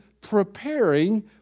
preparing